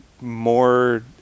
more